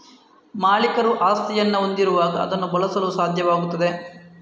ಮಾಲೀಕರು ಆಸ್ತಿಯನ್ನು ಹೊಂದಿರುವಾಗ ಅದನ್ನು ಬಳಸಲು ಸಾಧ್ಯವಾಗುತ್ತದೆ